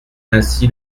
ainsi